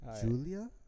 Julia